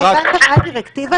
אתה הבנת מה הדירקטיבה?